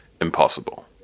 impossible